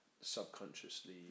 subconsciously